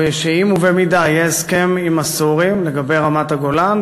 שאם יהיה הסכם עם הסורים לגבי רמת-הגולן,